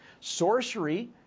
Sorcery